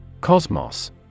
Cosmos